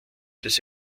des